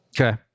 Okay